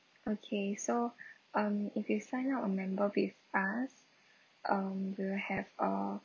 okay so um if you sign up a member with us um we will have uh